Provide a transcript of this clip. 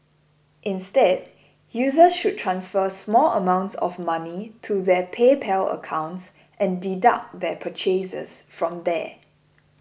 instead users should transfer small amounts of money to their PayPal accounts and deduct their purchases from there